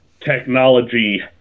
technology